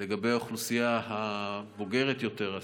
לגבי האוכלוסייה הבוגרת יותר,